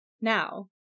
Now